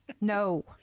No